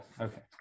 okay